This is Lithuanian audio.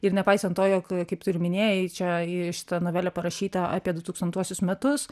ir nepaisant to jog kaip tu ir minėjai čia į šitą novelę parašyta apie dutūkstantuosius metus